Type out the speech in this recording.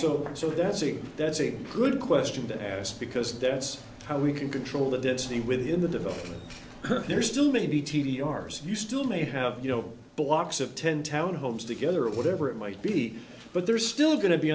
so so that's a that's a good question to ask because that's how we can control the density within the development there still may be t v r s you still may have you know blocks of ten town homes together or whatever it might be but they're still go